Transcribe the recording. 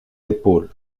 épaules